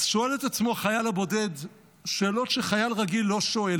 אז שואל את עצמו החייל הבודד שאלות שחייל רגיל לא שואל